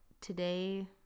today